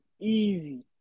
easy